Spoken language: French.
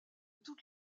toute